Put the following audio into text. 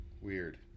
weird